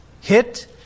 hit